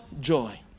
joy